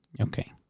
Okay